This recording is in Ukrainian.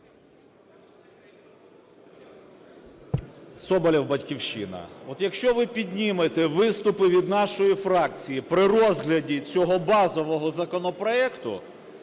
Соболєв, "Батьківщина". От якщо ви піднімете виступи від нашої фракції при розгляді цього базового законопроекту,